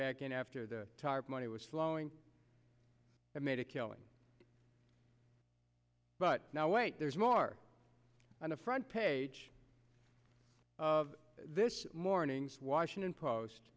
back in after the tarp money was flowing and made a killing but now wait there's more on the front page of this morning's washington post